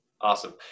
awesome